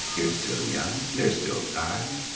you're still young. there's still time.